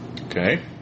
Okay